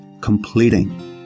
completing